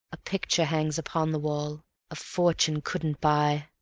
picture hangs upon the wall a fortune couldn't buy,